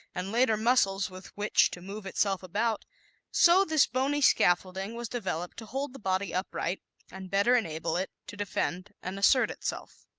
and later muscles with which to move itself about so this bony scaffolding was developed to hold the body upright and better enable it to defend and assert itself.